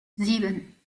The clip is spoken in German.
sieben